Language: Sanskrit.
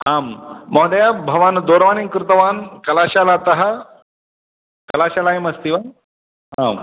आं महोदय भवान् दूरवाणीं कृतवान् कलाशालातः कलाशालायाम् अस्ति वा आम्